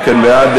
אם כן, בעד,